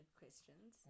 questions